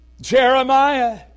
Jeremiah